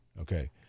Okay